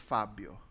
Fabio